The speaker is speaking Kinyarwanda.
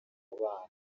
umubano